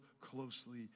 closely